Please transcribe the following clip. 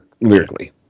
lyrically